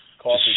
coffee